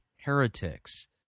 heretics